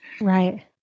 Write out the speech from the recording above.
Right